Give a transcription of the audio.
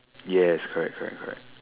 yes correct correct correct